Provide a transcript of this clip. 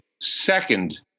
Second